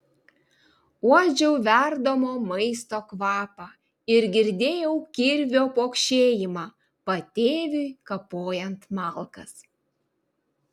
uodžiau verdamo maisto kvapą ir girdėjau kirvio pokšėjimą patėviui kapojant malkas